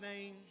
name